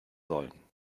sollen